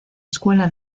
escuela